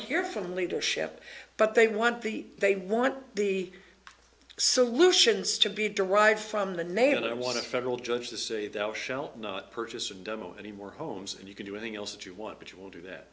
hear from leadership but they want the they want the solutions to be derived from the navy and i want to federal judge to say thou shalt not purchase and demo any more homes and you can do anything else that you want but you will do that